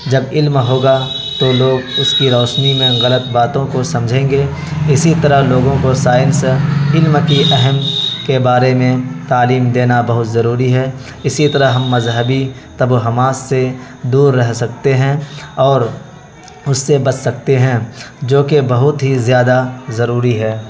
جب علم ہوگا تو لوگ اس کی روشنی میں غلط باتوں کو سمجھیں گے اسی طرح لوگوں کو سائنس علم کی اہم کے بارے میں تعلیم دینا بہت ضروری ہے اسی طرح ہم مذہبی توہمات سے دور رہ سکتے ہیں اور اس سے بچ سکتے ہیں جو کہ بہت ہی زیادہ ضروری ہے